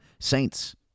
Saints